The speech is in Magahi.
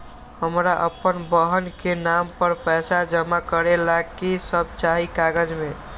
हमरा अपन बहन के नाम पर पैसा जमा करे ला कि सब चाहि कागज मे?